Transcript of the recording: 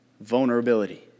Vulnerability